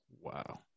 Wow